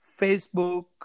Facebook